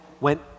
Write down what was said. went